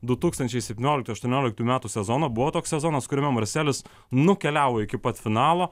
du tūkstančiai septynioliktųjų aštuonioliktųjų metų sezono buvo toks sezonas kuriame marselis nukeliavo iki pat finalo